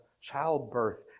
childbirth